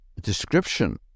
description